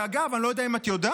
שאגב, אני לא יודע אם את יודעת,